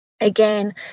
Again